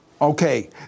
Okay